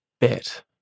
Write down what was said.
bet